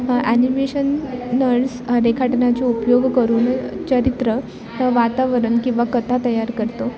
animation नर्स रेखाटनाचे उपयोग करून चरित्र वातावरण किंवा कथा तयार करतो